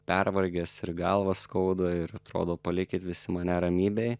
pervargęs ir galvą skauda ir atrodo palikit visi mane ramybėj